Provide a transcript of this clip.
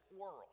world